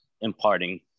imparting